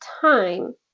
time